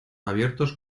abiertos